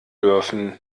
dürfen